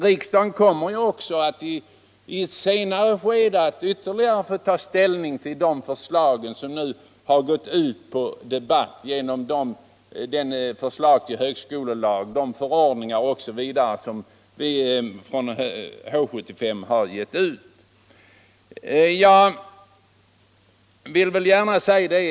Riksdagen kommer också i ett senare skede att få ta ställning till de förslag som nu är föremål för debatt på grund av förslagen till högskolelag, förordningar osv. från H 75.